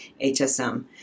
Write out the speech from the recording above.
HSM